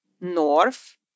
North